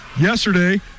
Yesterday